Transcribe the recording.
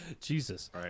Jesus